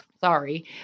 sorry